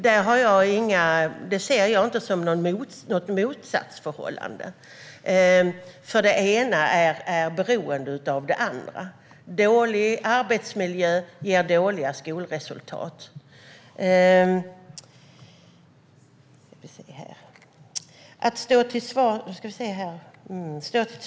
Där ser jag inte något motsatsförhållande. Det ena är ju beroende av det andra: Dålig arbetsmiljö ger dåliga skolresultat.